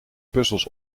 puzzels